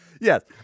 Yes